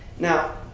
Now